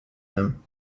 them